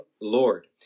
Lord